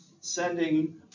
sending